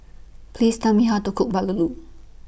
Please Tell Me How to Cook Bahulu